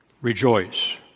rejoice